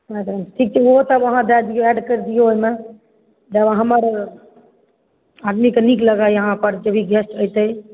fried rice ठीक छै ओहोसभ दऽ दिऔ एड कऽ दिऔ ओहिमे हमर आदमीके नीक लागै जे भी गेस्ट एतै